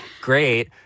great